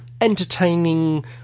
Entertaining